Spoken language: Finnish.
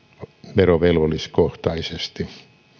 verovelvolliskohtaisesti